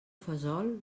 fesol